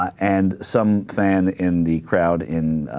and some family in the crowd in